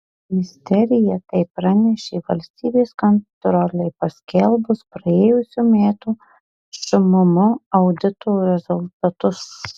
ministerija tai pranešė valstybės kontrolei paskelbus praėjusių metų šmm audito rezultatus